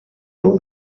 peu